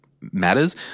matters